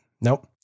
Nope